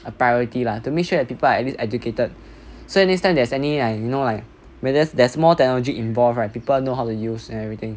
a priority lah to make sure that people are at least educated so that next time there's any like you know like where as there's more technology involve right people know how to use and everything